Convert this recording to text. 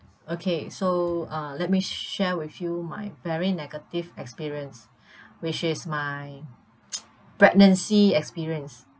okay so uh let me share with you my very negative experience which is my pregnancy experience